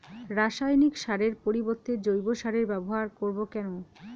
রাসায়নিক সারের পরিবর্তে জৈব সারের ব্যবহার করব কেন?